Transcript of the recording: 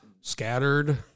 scattered